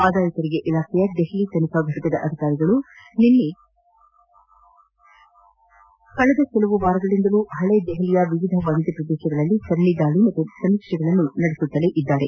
ಆದಾಯ ತೆರಿಗೆ ಇಲಾಖೆಯ ದೆಹಲಿ ತನಿಖಾ ಫಟಕದ ಅಧಿಕಾರಿಗಳು ಕಳೆದ ಕೆಲವು ವಾರಗಳಿಂದಲೂ ಹಳೆ ದೆಹಲಿಯ ವಿವಿಧ ವಾಣಿಜ್ಞ ಪ್ರದೇಶಗಳಲ್ಲಿ ಸರಣೆ ದಾಳಿ ಮತ್ತು ಸಮೀಕ್ಷೆಗಳನ್ನು ನಡೆಸುತ್ತಲೇ ಇದ್ದಾರೆ